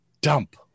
dump